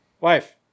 Wife